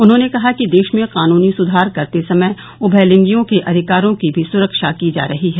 उन्होंने कहा कि देश में कानूनी सुधार करते समय उभयलिंगयिों के अधिकारों की भी सुरक्षा की जा रही है